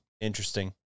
interesting